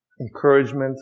encouragement